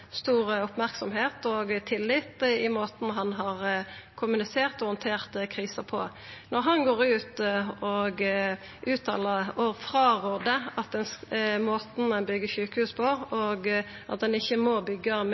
stor merksemd og tillit for måten han har kommunisert og handtert krisa på. Når han går ut og rår mot måten ein byggjer sjukehus på, og at ein ikkje må byggja med